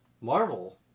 Marvel